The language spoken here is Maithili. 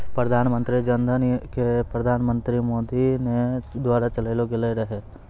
प्रधानमन्त्री जन धन योजना के प्रधानमन्त्री मोदी के द्वारा चलैलो गेलो रहै